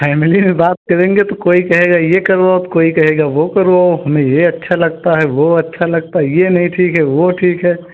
family से बात करेंगे तो कोई कहेगा ये करवाओ कोई कहगा वो करवाओ हमें ये अच्छा लगता है वो अच्छा लगता है ये नहीं ठीक है वो ठीक है